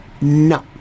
No